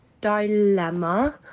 dilemma